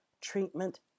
treatment